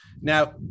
Now